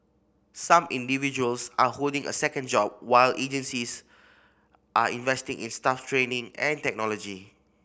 some individuals are holding a second job while agencies are investing in staff training and technology